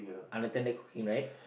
unattended cooking right